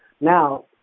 now